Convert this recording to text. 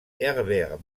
herbert